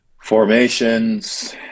formations